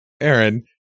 Aaron